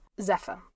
Zephyr